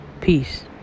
Peace